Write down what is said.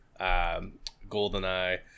Goldeneye